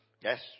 Yes